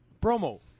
promo